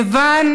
כיוון